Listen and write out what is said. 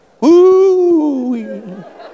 Woo